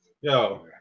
Yo